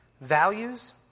values